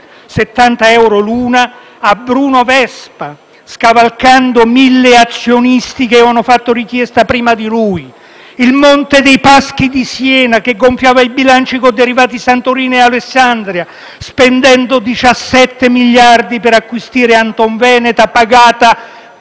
euro l'una a Bruno Vespa, scavalcando 1.000 azionisti che avevano fatto richiesta prima di lui; il Monte dei Paschi di Siena, che gonfiava i bilanci con derivati Santorini ed Alexandria, spendendo 17 miliardi per acquisire Antonveneta, pagata,